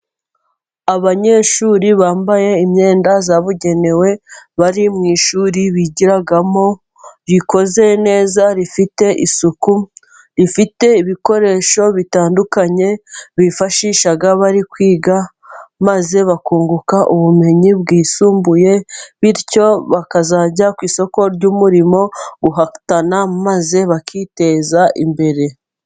Abanyeshuri bambaye imyenda yabugenewe, bari mu ishuri bigiramo, rikoze neza rifite isuku, rifite ibikoresho bitandukanye bifashisha bari kwiga, maze bakunguka ubumenyi bwisumbuye, bityo bakazajya ku isoko ry'umurimo guhatana, maze bakiteza imbere.